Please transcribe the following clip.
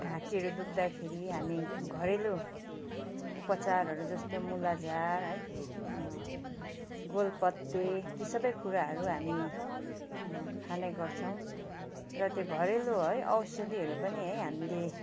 घाँटीहरू दुख्दाखेरि हामी घरेलु उपचारहरू जस्तो मुलाझार है गोलपत्ता ती सबै कुराहरू हामी खाने गर्छौँ र त्यो घरेलु है औषधिहरू पनि है हामीले